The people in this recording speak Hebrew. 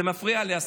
זה מפריע לי.